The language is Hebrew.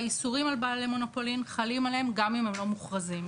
והאיסורים על בעלי מונופולין חלים עליהן גם אם הם מוכרזים.